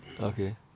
Okay